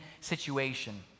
situation